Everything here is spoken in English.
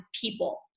people